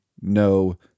no